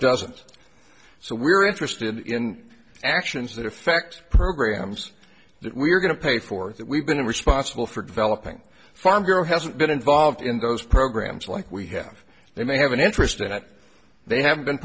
doesn't so we're interested in actions that affect programs that we're going to pay for that we've been responsible for developing a farm girl hasn't been involved in those programs like we have they may have an interest in it they have been